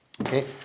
Okay